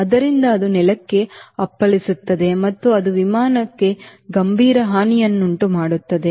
ಆದ್ದರಿಂದ ಅದು ನೆಲಕ್ಕೆ ಅಪ್ಪಳಿಸುತ್ತದೆ ಮತ್ತು ಅದು ವಿಮಾನಕ್ಕೆ ಗಂಭೀರ ಹಾನಿಯನ್ನುಂಟುಮಾಡಬಹುದು